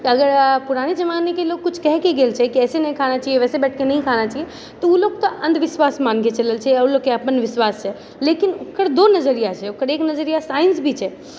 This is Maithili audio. अगर पुराने ज़मानेके लोग किछु कहिके गेल छै की एहिसँ नही खाना चाहिए वैसे बैठके नही खाना चाहिए तऽ ओ लोग तऽ अन्धविश्वास मानके चलल छै आ ओ लोगके अपन विश्वाश छै लेकिन ओकर दो नजरिया छै ओकर एक नजरिया साइंस भी छै